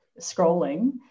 scrolling